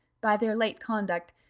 by their late conduct,